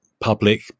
public